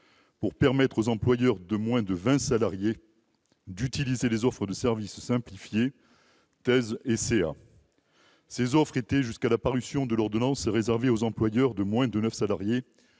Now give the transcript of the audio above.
pour permettre aux employeurs de moins de 20 salariés d'utiliser des offres de services simplifiées TESE et CEA. Ces offres étaient, jusqu'à la parution de l'ordonnance, réservées aux employeurs de moins de 9 salariés,